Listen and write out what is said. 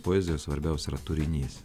poezijoj svarbiausia yra turinys